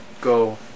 go